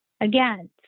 Again